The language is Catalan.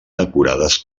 decorades